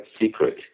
secret